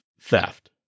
theft